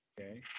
okay